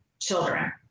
children